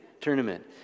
Tournament